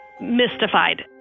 mystified